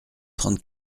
trente